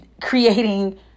creating